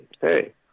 hey